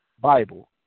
Bible